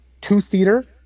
two-seater